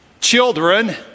Children